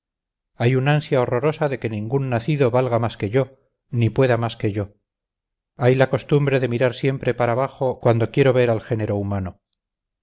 hay una ansia horrorosa de que ningún nacido valga más que yo ni pueda más que yo hay la costumbre de mirar siempre para abajo cuando quiero ver al género humano